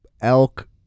elk